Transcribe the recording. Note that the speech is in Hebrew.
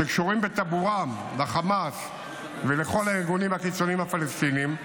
שקשורים בטבורם לחמאס ולכל הארגונים הקיצוניים הפלסטינים,